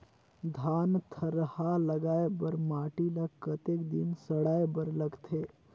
धान थरहा लगाय बर माटी ल कतेक दिन सड़ाय बर लगथे?